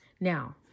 now